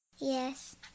Yes